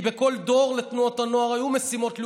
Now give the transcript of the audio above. כי בכל דור לתנועות הנוער היו משימות לאומיות,